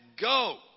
go